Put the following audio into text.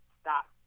stop